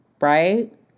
right